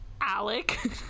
Alec